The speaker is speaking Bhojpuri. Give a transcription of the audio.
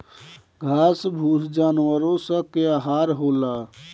घास फूस जानवरो स के आहार होला